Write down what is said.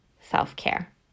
self-care